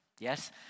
Yes